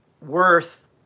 worth